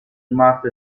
smart